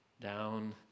down